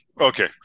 Okay